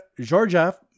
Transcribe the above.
Georgia